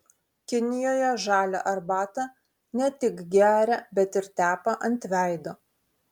kinijoje žalią arbatą ne tik geria bet ir tepa ant veido